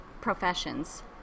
professions